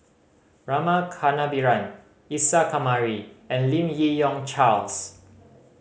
Rama Kannabiran Isa Kamari and Lim Yi Yong Charles